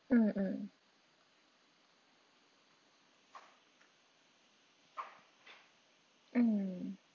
mm mm mm